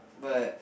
but